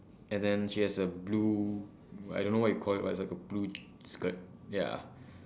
and then she has a blue I don't know what you call it but it's like a blue skirt ya